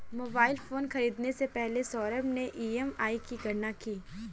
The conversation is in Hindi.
मोबाइल फोन खरीदने से पहले सौरभ ने ई.एम.आई की गणना की